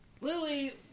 lily